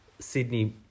Sydney